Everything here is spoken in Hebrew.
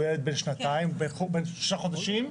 הוא ילד בן שנתיים, בן שלושה חודשים.